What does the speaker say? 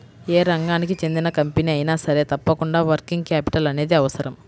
యే రంగానికి చెందిన కంపెనీ అయినా సరే తప్పకుండా వర్కింగ్ క్యాపిటల్ అనేది అవసరం